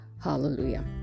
Hallelujah